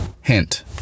hint